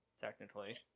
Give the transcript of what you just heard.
Technically